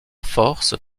force